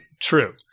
True